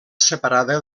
separada